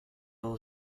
all